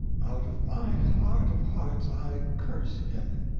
out of my heart of hearts i curse him.